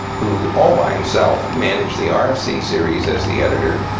who all by himself managed the um rfc series as the editor,